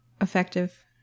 effective